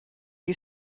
you